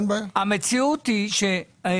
ש"ס